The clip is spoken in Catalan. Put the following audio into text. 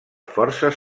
forces